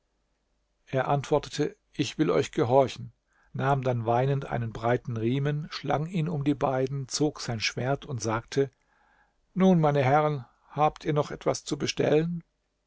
er antwortete ich will euch gehorchen nahm dann weinend ein breiten riemen schlang ihn um die beiden zog sein schwert und sagte nun meine herren habt ihr noch etwas zu bestellen